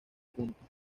punto